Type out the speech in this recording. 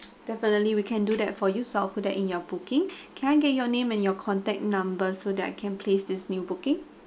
definitely we can do that for you so I'll put that in your booking can I get your name and your contact number so that I can place this new booking